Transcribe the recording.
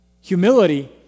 Humility